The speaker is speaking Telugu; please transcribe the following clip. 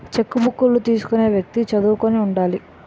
చెక్కుబుక్కులు తీసుకునే వ్యక్తి చదువుకుని ఉండాలి